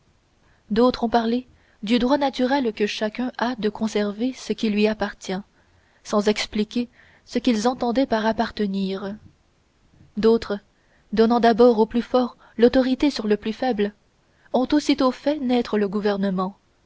d'autres ont parlé du droit naturel que chacun a de conserver ce qui lui appartient sans expliquer ce qu'ils entendaient par appartenir d'autres donnant d'abord au plus fort l'autorité sur le plus faible ont aussitôt fait naître le gouvernement